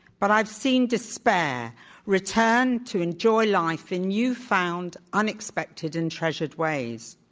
but i've seen despair return to enjoy life in new found, unexpected andtreasured ways.